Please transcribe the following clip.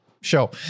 show